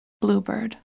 Bluebird